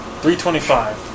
$325